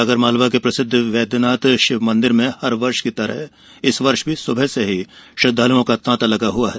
आगर मालवा के प्रसिद्ध वैद्यनाथ शिव मंदिर में हर वर्ष की तरह इस वर्ष भी सुबह से ही श्रद्वालुओं का तांता लगा हुआ है